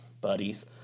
buddies